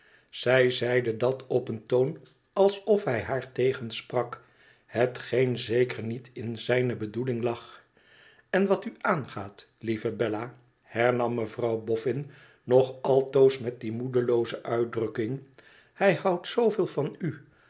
zij zeide dat op een toon alsof hij haar tegensprak hetgeen zeker niet in zijne bedoeling lag n wat u aangaat lieve bella hernam mevrouw boffin nog altoos met die moedelooze uitdrukking hij houdt zooveel van u